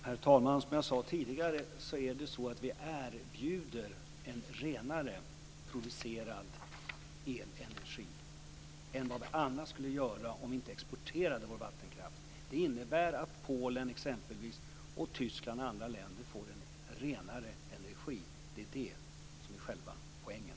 Herr talman! Som jag sade tidigare är det så att vi erbjuder en renare producerad elenergi än vad vi annars skulle göra om vi inte exporterade vår vattenkraft. Det innebär att exempelvis Polen, Tyskland och andra länder får en renare energi. Det är det som är själva poängen.